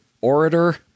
orator